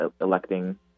electing